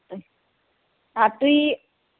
اَدٕ تُہۍ یی